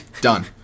Done